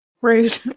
Rude